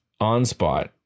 Onspot